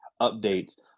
updates